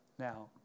Now